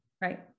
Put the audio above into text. right